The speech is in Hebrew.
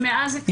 ומאז זה כך.